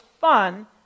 fun